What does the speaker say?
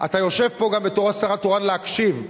אתה יושב פה גם בתור השר התורן להקשיב,